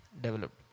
developed